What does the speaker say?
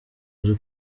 nzu